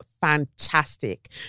fantastic